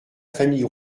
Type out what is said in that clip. famille